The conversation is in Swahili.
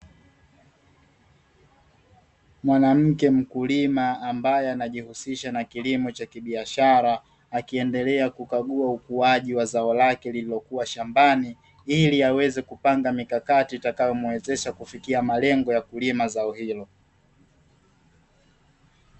Mwanamke mkulima ambaye anajihusisha na kilimo cha kibiashara akiendelea kukagua ukuaji wa zao lake, lililokuwa shambani ili aweze kupanga mikakati itakayomuwezesha kufikia malengo ya kulima zao hilo.